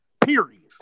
period